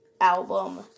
album